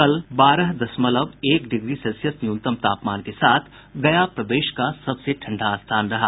कल बारह दशमलव एक डिग्री सेल्सियस न्यूनतम तापमान के साथ गया प्रदेश का सबसे ठंडा स्थान रहा